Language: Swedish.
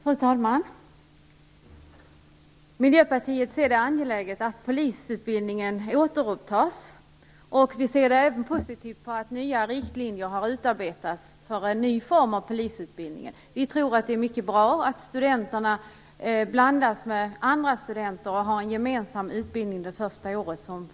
Fru talman! Miljöpartiet ser det som angeläget att polisutbildningen återupptas. Vi ser även positivt på att nya riktlinjer har utarbetats för en ny form av polisutbildning. Vi tror att det är mycket bra att studenterna blandas med andra studenter och att de, såsom föreslås, har gemensam utbildning det första året.